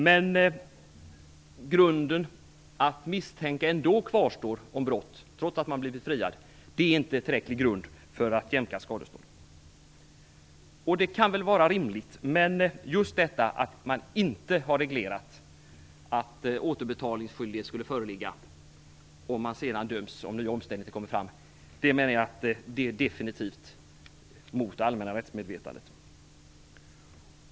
Men grunden att misstanke ändå kvarstår om brott trots att vederbörande har blivit friad är inte tillräcklig grund för att jämka skadestånd. Det kan väl vara rimligt. Men just detta att man inte har reglerat att återbetalningsskyldighet skall föreligga om det kommer fram nya omständigheter som gör att vederbörande döms menar jag definitivt är mot det allmänna rättsmedvetandet.